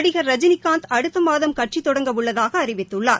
நடிகர் ரஜினிகாந்த் அடுத்த மாதம் கட்சித் தொடங்க உள்ளதாக அறிவித்துள்ளார்